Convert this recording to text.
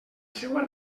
seua